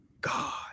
God